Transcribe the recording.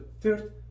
third